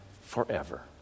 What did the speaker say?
forever